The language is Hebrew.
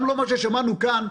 גם ממה ששמענו כאן,